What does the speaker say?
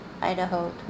Idaho